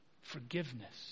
forgiveness